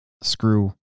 screw